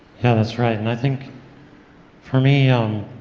yeah, that's right, and i think for me, um